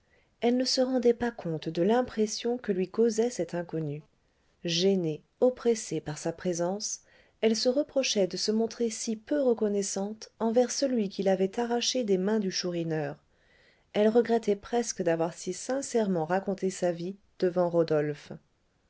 elle ne se rendait pas compte de l'impression que lui causait cet inconnu gênée oppressée par sa présence elle se reprochait de se montrer si peu reconnaissante envers celui qui l'avait arrachée des mains du chourineur elle regrettait presque d'avoir si sincèrement raconté sa vie devant rodolphe